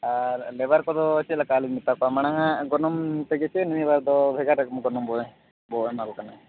ᱟᱨ ᱞᱮᱵᱟᱨ ᱠᱚᱫᱚ ᱪᱮᱫ ᱞᱮᱠᱟ ᱞᱤᱧ ᱢᱮᱛᱟ ᱠᱚᱣᱟ ᱢᱟᱲᱟᱝ ᱟᱜ ᱜᱚᱱᱚᱝ ᱛᱮᱜᱮ ᱥᱮ ᱱᱤᱭᱟᱹ ᱵᱟᱨ ᱫᱚ ᱵᱷᱮᱜᱟᱨ ᱜᱚᱱᱚᱝ ᱵᱚ ᱮᱢᱟᱠᱚ ᱠᱟᱱᱟ